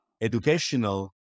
educational